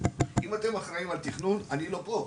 אם אתם אחראים על תכנון, אני לא פה.